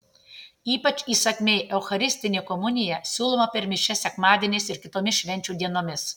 ypač įsakmiai eucharistinė komunija siūloma per mišias sekmadieniais ir kitomis švenčių dienomis